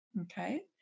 Okay